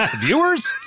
Viewers